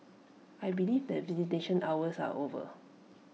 I believe that visitation hours are over